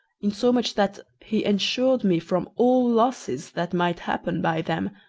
insomuch that he ensured me from all losses that might happen by them,